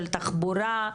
של תחבורה.